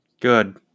good